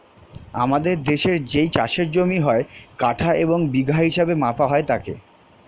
আমাদের দেশের যেই চাষের জমি হয়, কাঠা এবং বিঘা হিসেবে মাপা হয় তাকে